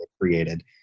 created